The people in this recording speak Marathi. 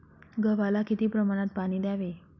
गव्हाला किती प्रमाणात पाणी द्यावे?